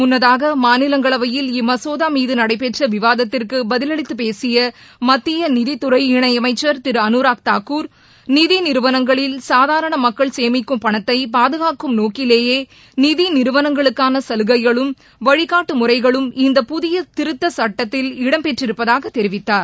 முன்னதாக மாநிலங்களவையில் இம்மசோதாமீதுநடைபெற்றவிவாதத்திற்குபதிலளித்துப் பேசியமத்தியநிதித்துறை இணையமைச்சர் திருஅனுராக் தாகூர் நிதிநிறுவனங்களில் சாதாரணமக்கள் சேமிக்கும் பணத்தைபாதுகாக்கும் நோக்கிலேயேநிதிநிறுவளங்களுக்காளசலுகைகளும் வழிகாட்டுமுறைகளும் இந்த புதியதிருத்தசட்டத்தில் இடம் பெற்றிருப்பதாகதெரிவித்தார்